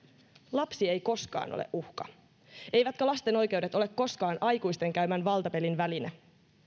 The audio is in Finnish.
lapsi ei koskaan ole uhka eivätkä lasten oikeudet ole koskaan aikuisten käymän valtapelin väline